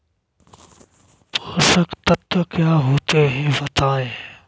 पोषक तत्व क्या होते हैं बताएँ?